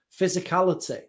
physicality